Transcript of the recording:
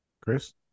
Chris